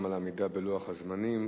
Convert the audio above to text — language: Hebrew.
גם על העמידה בלוח הזמנים.